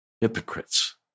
hypocrites